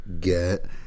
get